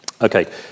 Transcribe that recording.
okay